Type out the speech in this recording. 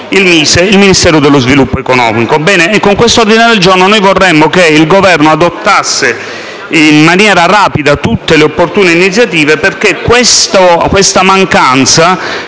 il Ministero dello sviluppo economico. Con questo ordine del giorno vorremmo che il Governo adottasse in maniera rapida tutte le opportune iniziative perché questa mancanza,